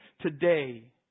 today